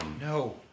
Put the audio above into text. No